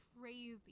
crazy